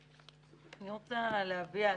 בבקשה.